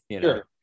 sure